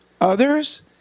others